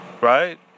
right